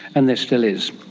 and there still is.